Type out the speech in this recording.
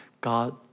God